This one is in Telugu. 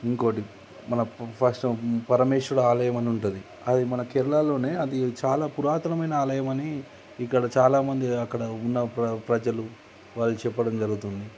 ఇంకొకటి మన ఫస్ట్ పరమేశ్వరుడు ఆలయమని ఉంటుంది అది మన కేరళలోనే అది చాలా పురాతనమైన ఆలయమని ఇక్కడ చాలామంది అక్కడ ఉన్న ప్రజలు వాళ్ళు చెప్పడం జరుగుతుంది